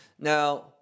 now